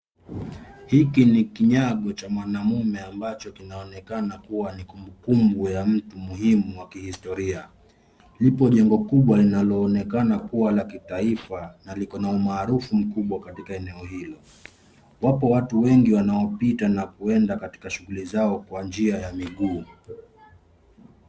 Hiki ni kinyago cha mwanaume ambacho kinaonekana kuwa ni kumbukumbu ya mtu muhimu wa kihistoria. Lipo jengo kubwa linaloonekana kuwa la kitaifa na liko na umaarufu mkubwa katika eneo hilo. Wapo watu wengi wanaopita na kwenda katika shughuli zao kwa njia ya miguu.